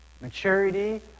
maturity